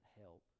help